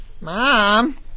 Mom